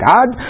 God